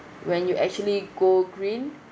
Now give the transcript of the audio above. when you actually go green